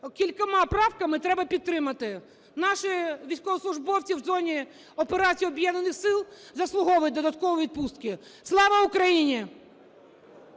кількома правками треба підтримати. Наші військовослужбовці в зоні операції Об'єднаних сил заслуговують додаткової відпустки. Слава Україні!